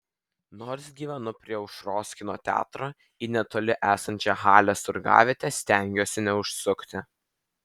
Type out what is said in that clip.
nors gyvenu prie aušros kino teatro į netoli esančią halės turgavietę stengiuosi neužsukti